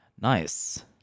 Nice